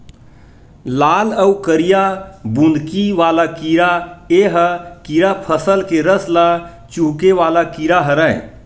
लाल अउ करिया बुंदकी वाला कीरा ए ह कीरा फसल के रस ल चूंहके वाला कीरा हरय